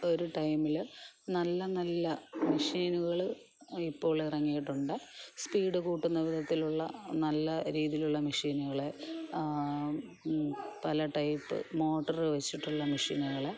ഒരു ടൈമിൽ നല്ല നല്ല മെഷീനുകൾ ഇപ്പോൾ ഇറങ്ങിയിട്ടുണ്ട് സ്പീഡ് കൂട്ടുന്ന വിധത്തിലുള്ള നല്ല രീതിയിലുള്ള മെഷീനുകൾ പല ടൈപ്പ് മോട്ടർ വെച്ചിട്ടുള്ള മെഷീനുകൾ